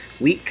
week